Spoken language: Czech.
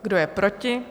Kdo je proti?